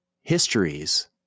histories